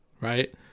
right